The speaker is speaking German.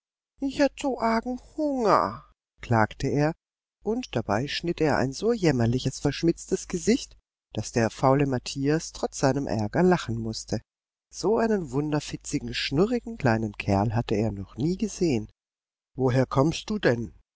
so argen hunger klagte er und dabei schnitt er ein so jämmerliches verschmitztes gesicht daß der faule matthias trotz seinem ärger lachen mußte so einen wunderfitzigen schnurrigen kleinen kerl hatte er noch nie gesehen woher kommst du denn